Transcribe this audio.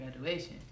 graduation